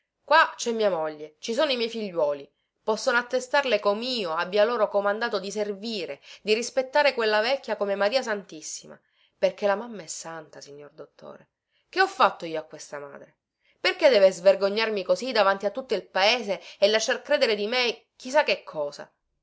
qua cè mia moglie ci sono i miei figliuoli possono attestarle comio abbia loro comandato di servire di rispettare quella vecchia come maria santissima perché la mamma è santa signor dottore che ho fatto io a questa madre perché deve svergognarmi così davanti a tutto il paese e lasciar credere di me chi sa che cosa